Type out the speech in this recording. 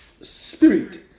spirit